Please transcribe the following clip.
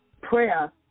prayer